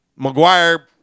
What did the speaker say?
McGuire